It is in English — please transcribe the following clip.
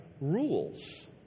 rules